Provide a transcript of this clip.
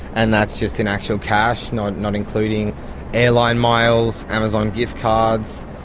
and that's just in actual cash, not not including airline miles, amazon gift cards,